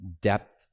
depth